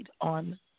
on